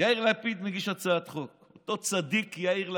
יאיר לפיד מגיש הצעת חוק, אותו צדיק, יאיר לפיד,